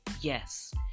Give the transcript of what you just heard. Yes